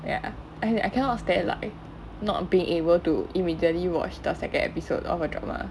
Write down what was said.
ya as in I cannot stand like not being able to immediately watch the second episode of a drama